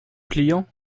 pliants